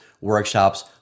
workshops